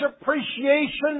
appreciation